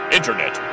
Internet